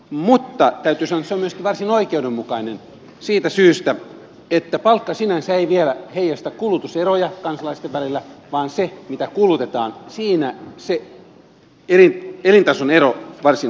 mutta täytyy sanoa että se on myöskin varsin oikeudenmukainen siitä syystä että palkka sinänsä ei vielä heijasta kulutuseroja kansalaisten välillä vaan siinä mitä kulutetaan se elintason ero varsinaisesti näkyy